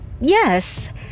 yes